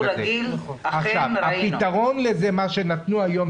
הפתרון שנתנו היום,